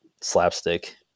slapstick